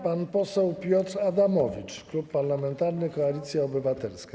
Pan poseł Piotr Adamowicz, Klub Parlamentarny Koalicja Obywatelska.